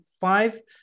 five